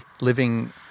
living